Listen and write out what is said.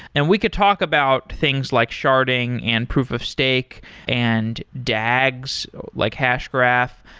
and we could talk about things like sharding and proof of stake and dags, like hashgraph.